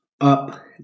Up